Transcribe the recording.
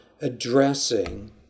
addressing